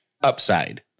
upside